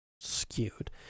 skewed